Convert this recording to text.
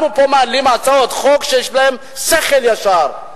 אנחנו פה מעלים הצעות חוק שיש בהן שכל ישר,